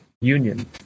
union